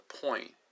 point